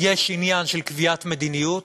יש עניין של קביעת מדיניות,